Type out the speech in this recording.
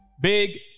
Big